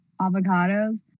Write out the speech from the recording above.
avocados